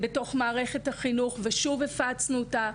מערכת החינוך והפצנו גם אותה.